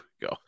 go